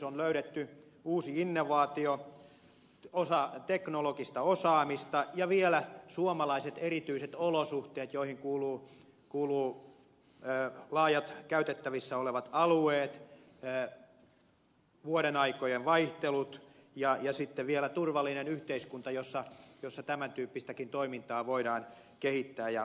on löydetty uusi innovaatio teknologista osaamista ja vielä suomalaiset erityiset olosuhteet joihin kuuluvat laajat käytettävissä olevat alueet vuodenaikojen vaihtelut ja sitten vielä turvallinen yhteiskunta jossa tämäntyyppistäkin toimintaa voidaan kehittää ja harjoittaa